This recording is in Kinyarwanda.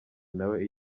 nawe